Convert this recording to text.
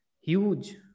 Huge